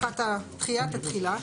דחיית התחילה.